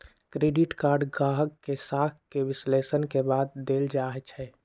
credit card गाहक के साख के विश्लेषण के बाद देल जाइ छइ